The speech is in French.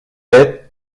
êtes